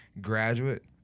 graduate